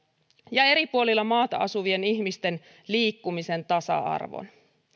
ja eri puolilla maata asuvien ihmisten liikkumisen tasa arvon